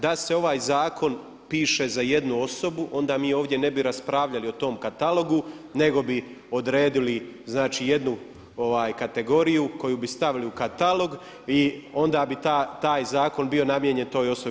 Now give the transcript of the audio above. Da se ovaj zakon piše za jednu osobu onda mi ovdje ne bi raspravljali o tom katalogu, nego bi odredili znači jednu kategoriju koju bi stavili u katalog i onda bi taj zakon bio namijenjen toj osobi.